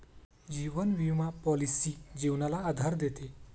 जीवन विमा पॉलिसी जीवनाला आधार देते